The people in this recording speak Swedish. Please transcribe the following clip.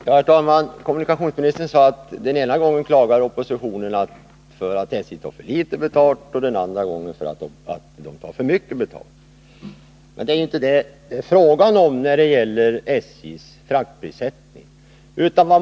Herr talman! Kommunikationsministern sade att den ena gången klagar oppositionen över att SJ tar för litet betalt och den andra gången över att SJ tar för mycket betalt. Men det är inte fråga om det när det gäller SJ:s fraktprissättning.